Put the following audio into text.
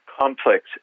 complex